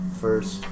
first